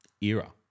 era